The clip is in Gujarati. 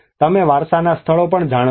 તમે વારસાના સ્થળો પણ જાણો છો